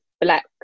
black